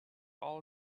all